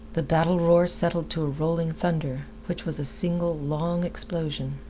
the battle roar settled to a rolling thunder, which was a single, long explosion.